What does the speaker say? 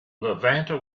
levanter